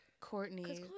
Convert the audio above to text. Courtney